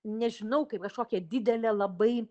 nežinau kaip kažkokia didelė labai